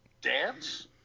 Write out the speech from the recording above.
Dance